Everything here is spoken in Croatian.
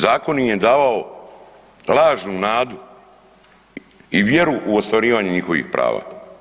Zakon im je davao lažnu nadu i vjeru u ostvarivanje njihovih prava.